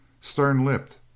Stern-lipped